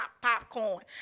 popcorn